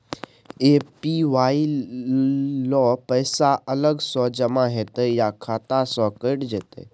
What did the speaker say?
APY ल पैसा अलग स जमा होतै या खाता स कैट जेतै?